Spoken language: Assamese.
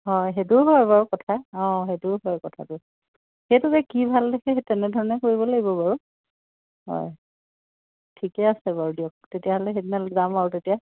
অঁ সেইটোও হয় বাৰু কথা অঁ সেইটোও হয় কথাটো সেইটোকে কি ভাল দেখে সেই তেনেধৰণে কৰিব লাগিব বাৰু হয় ঠিকেই আছে বাৰু দিয়ক তেতিয়াহ'লে সিদিনালৈ আৰু তেতিয়া